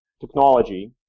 technology